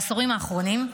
בעשורים האחרונים,